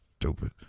stupid